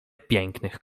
pięknych